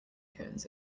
cones